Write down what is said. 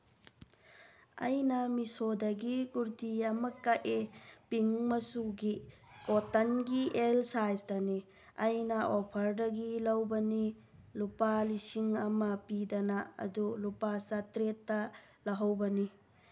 ꯑꯩꯅ ꯃꯤꯁꯣꯗꯒꯤ ꯀꯨꯔꯇꯤ ꯑꯃ ꯀꯛꯑꯦ ꯄꯤꯡ ꯃꯆꯨꯒꯤ ꯀꯣꯇꯟꯒꯤ ꯑꯦꯜ ꯁꯥꯏꯖꯇꯅꯤ ꯑꯩꯅ ꯑꯣꯐꯔꯗꯒꯤ ꯂꯧꯕꯅꯤ ꯂꯨꯄꯥ ꯂꯤꯁꯤꯡ ꯑꯃ ꯄꯤꯗꯅ ꯑꯗꯣ ꯂꯨꯄꯥ ꯆꯥꯇ꯭ꯔꯦꯠꯇ ꯂꯧꯍꯧꯕꯅꯤ